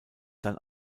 dann